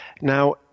Now